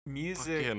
music